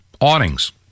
awnings